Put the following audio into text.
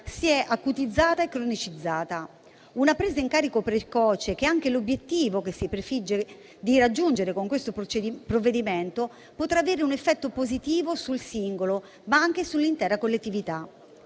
si è acutizzata e cronicizzata. Una presa in carico precoce, che è anche l'obiettivo che ci si prefigge di raggiungere con questo provvedimento, potrà avere un effetto positivo sul singolo, ma anche sull'intera collettività.